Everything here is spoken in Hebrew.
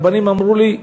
רבנים אמרו לי: